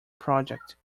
project